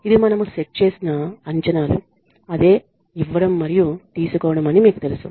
ఇది మనము సెట్ చేసిన అంచనాలు అదే ఇవ్వడం మరియు తీసుకోవడం అని మీకు తెలుసు